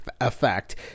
effect